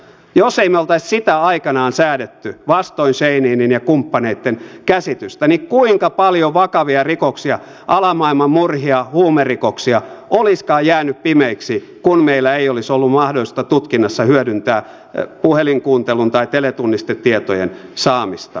jos me emme olisi sitä aikoinaan säätäneet vastoin scheininin ja kumppaneitten käsitystä niin kuinka paljon vakavia rikoksia alamaailman murhia huumerikoksia olisikaan jäänyt pimeiksi kun meillä ei olisi ollut mahdollisuutta tutkinnassa hyödyntää puhelinkuuntelun tai teletunnistetietojen saamista